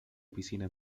piscina